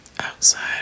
outside